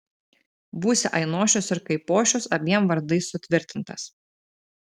būsi ainošius ir kaipošius abiem vardais sutvirtintas